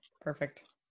Perfect